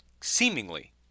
seemingly